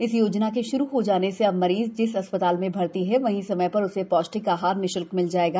इस योजना के श्रू हो जाने से अब मरीज जिस अस्पताल में भर्ती है वहीं समय पर उसे पौष्टिक आहार निःश्ल्क मिल जायेगा